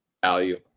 value